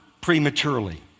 prematurely